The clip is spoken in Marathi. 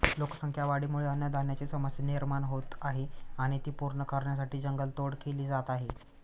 लोकसंख्या वाढीमुळे अन्नधान्याची समस्या निर्माण होत आहे आणि ती पूर्ण करण्यासाठी जंगल तोड केली जात आहे